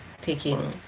taking